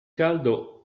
caldo